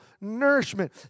nourishment